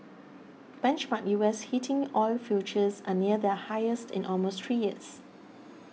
benchmark U S heating oil futures are near their highest in almost three years